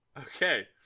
Okay